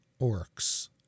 orcs